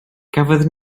cafodd